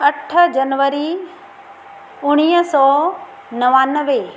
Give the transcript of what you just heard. अठ जनवरी उणिवीह सौ नवानवें